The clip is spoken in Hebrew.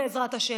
בעזרת השם,